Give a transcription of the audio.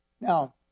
Now